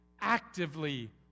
actively